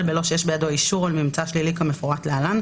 בלא שיש בידו אישור על ממצא שלילי כמפורט להלן,